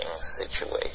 situation